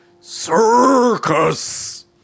Circus